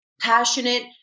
passionate